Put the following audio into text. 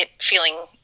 feeling